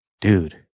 dude